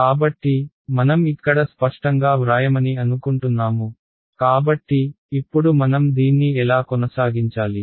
కాబట్టి మనం ఇక్కడ స్పష్టంగా వ్రాయమని అనుకుంటున్నాము కాబట్టి ఇప్పుడు మనం దీన్ని ఎలా కొనసాగించాలి